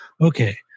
okay